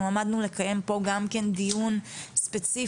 אנחנו עמדנו לקיים פה גם כן דיון ספציפי